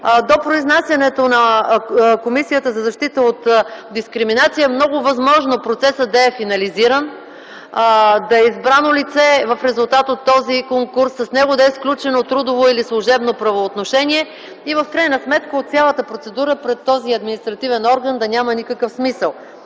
произнасянето на Комисията за защита от дискриминация е възможно процесът да е финализиран, да е избрано лице в резултат от този конкурс, с него да е сключено трудово или служебно правоотношение и в крайна сметка от цялата процедура пред този административен орган да няма никакъв смисъл.